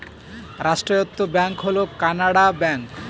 রাষ্ট্রায়ত্ত ব্যাঙ্ক হল কানাড়া ব্যাঙ্ক